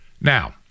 Now